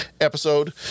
episode